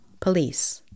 police